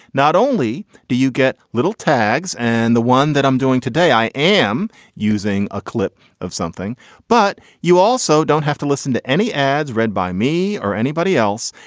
not only do you get little tags and the one that i'm doing today i am using a clip of something but you also don't have to listen to any ads read by me or anybody else.